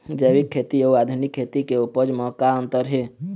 जैविक खेती अउ आधुनिक खेती के उपज म का अंतर हे?